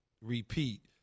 repeat